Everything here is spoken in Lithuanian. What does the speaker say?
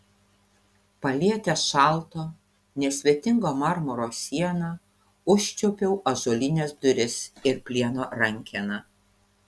palietęs šalto nesvetingo marmuro sieną užčiuopiau ąžuolines duris ir plieno rankeną